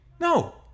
no